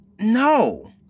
No